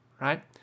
right